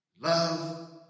Love